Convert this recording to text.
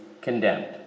condemned